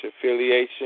affiliation